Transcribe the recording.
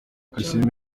kalisimbi